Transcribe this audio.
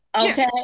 okay